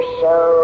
show